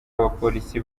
abapolisi